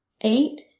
eight